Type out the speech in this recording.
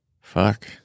fuck